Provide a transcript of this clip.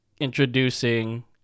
introducing